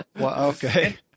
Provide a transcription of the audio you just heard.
Okay